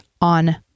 on